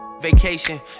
Vacation